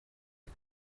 шиг